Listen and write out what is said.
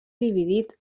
dividit